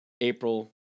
April